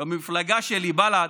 במפלגה שלי, בל"ד,